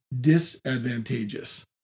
disadvantageous